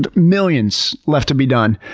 but millions left to be done.